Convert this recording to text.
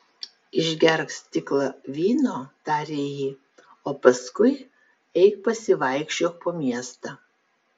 išgerk stiklą vyno tarė ji o paskui eik pasivaikščiok po miestą